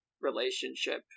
relationship